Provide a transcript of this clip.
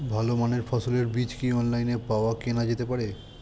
ভালো মানের ফসলের বীজ কি অনলাইনে পাওয়া কেনা যেতে পারে?